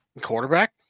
Quarterback